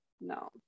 No